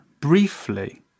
briefly